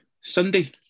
Sunday